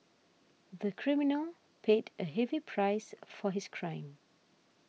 the criminal paid a heavy price for his crime